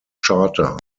charter